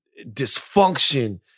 dysfunction